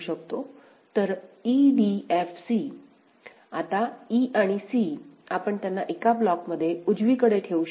तर e d f c आता e आणि c आपण त्यांना एका ब्लॉकमध्ये उजवीकडे ठेवू शकतो